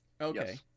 Okay